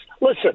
Listen